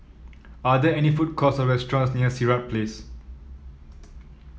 are there any food courts or restaurants near Sirat Place